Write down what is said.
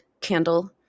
candle